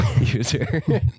user